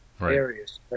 areas